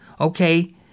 Okay